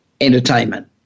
entertainment